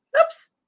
oops